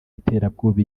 y’iterabwoba